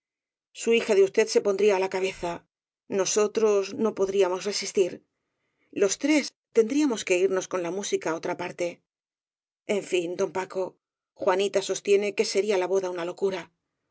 su hija de us ted se pondría á la cabeza nosotros no podríamos resistir los tres tendríamos que irnos con la mú sica á otra parte en fin don paco juanita sostiene que sería la boda una locura